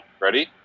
ready